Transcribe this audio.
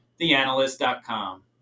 theanalyst.com